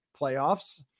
playoffs